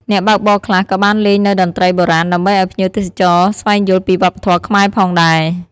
អ្នកបើកបរខ្លះក៏បានលេងនូវតន្ត្រីបុរាណដើម្បីឱ្យភ្ញៀវទេសចរស្វែងយល់ពីវប្បធម៌ខ្មែរផងដែរ។